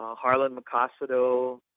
harlan mckosato,